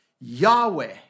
Yahweh